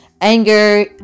anger